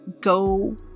go